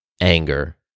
anger